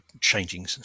changing